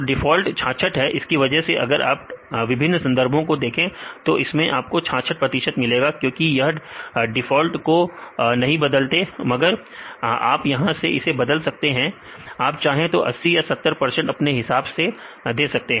तो डिफॉल्ट 66 है इसी वजह से अगर आप विभिन्न संदर्भों को देखें तो उसमें आपको 66 प्रतिशत मिलेगा क्योंकि वह डिफॉल्ट को नहीं बदलते मगर आप यहां इसे बदल सकते है आप चाहें तो 80 या 70 प्रतिशत अपने हिसाब से दे सकते हैं